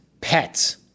pets